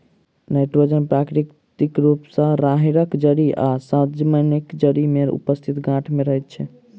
nitrogen प्राकृतिक रूप सॅ राहैड़क जड़ि आ सजमनिक जड़ि मे उपस्थित गाँठ मे रहैत छै